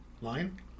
line